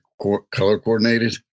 color-coordinated